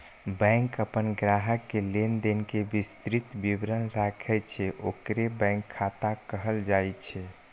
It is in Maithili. बैंक अपन ग्राहक के लेनदेन के विस्तृत विवरण राखै छै, ओकरे बैंक खाता कहल जाइ छै